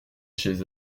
chez